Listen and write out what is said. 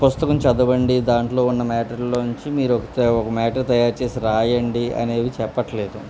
పుస్తకం చదవండి దాంట్లో ఉన్న మ్యాటర్ మీరు మ్యాటర్ లో నుంచి తయారు చేసి రాయండి అనేవి చెప్పట్లేదు